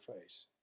face